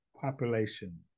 population